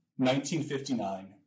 1959